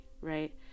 right